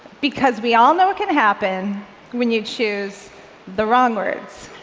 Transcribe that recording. because we all know what can happen when you choose the wrong words.